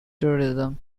terrorism